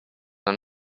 and